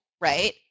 right